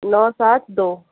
نو سات دو